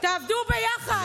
תעבדו ביחד.